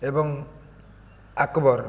ଏବଂ ଆକବର